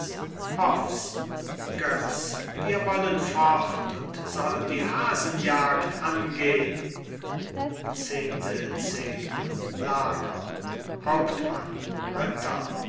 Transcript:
götz wir wollen fort und soll die hasenjagd angehn hauptmann